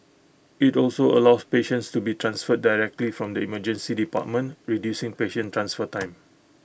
IT also allows patients to be transferred directly from the Emergency Department reducing patient transfer time